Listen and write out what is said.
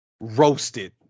roasted